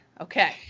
Okay